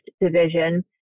Division